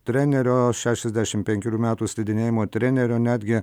trenerio šešiasdešimt penkerių metų slidinėjimo trenerio netgi